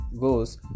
goes